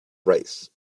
race